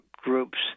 groups